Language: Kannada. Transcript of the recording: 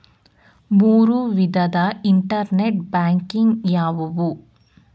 ಮೂರು ವಿಧದ ಇಂಟರ್ನೆಟ್ ಬ್ಯಾಂಕಿಂಗ್ ಯಾವುವು?